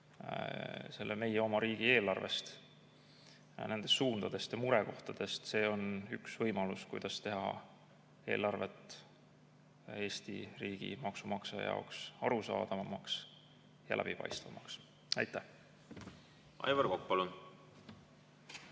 meie oma riigieelarvest, nendest suundadest ja murekohtadest. See on üks võimalus, kuidas teha eelarvet Eesti riigi maksumaksja jaoks arusaadavamaks ja läbipaistvamaks. Aitäh!